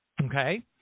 Okay